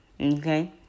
Okay